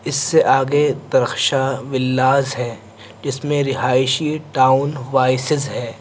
اس سے آگے درخشاں ولاز ہے جس میں رہائشی ٹاؤن وائسز ہے